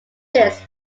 this